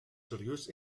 serieus